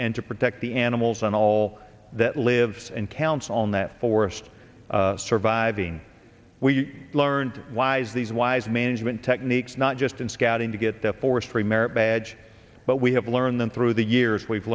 and to protect the animals and all that lives and counts on that forest surviving we learned wise these wise management techniques not just in scouting to get the forestry merit badge but we have learned them through the years we've